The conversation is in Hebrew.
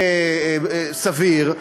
כסביר,